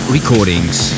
Recordings